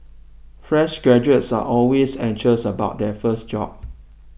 fresh graduates are always anxious about their first job